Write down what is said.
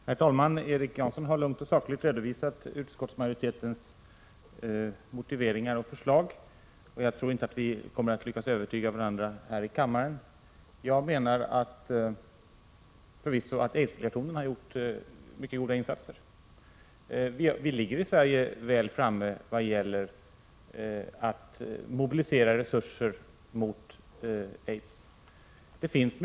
Herr talman! Erik Janson har lugnt och sakligt redovisat utskottsmajoritetens motiveringar och förslag, men jag tror inte att vi kommer att lyckas övertyga varandra här i kammaren. Jag anser att aidsdelegationen förvisso har gjort goda insatser. I Sverige ligger vi väl framme vad gäller att mobilisera resurser mot aids.